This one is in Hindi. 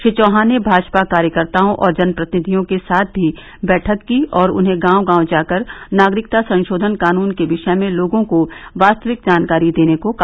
श्री चौहान ने भाजपा कार्यकर्ताओं और जनप्रतिनिधियों के साथ भी बैठक की और उन्हें गांव गांव जाकर नागरिकता संशोधन कानून के विषय में लोगों को वास्तविक जानकारी देने को कहा